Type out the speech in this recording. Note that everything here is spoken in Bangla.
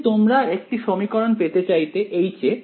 যদি তোমরা একটি সমীকরণ পেতে চাইতে এ